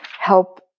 help